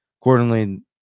accordingly